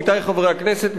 חברי הכנסת,